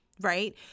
right